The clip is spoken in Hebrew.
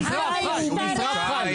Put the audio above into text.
הוא נשרף חי.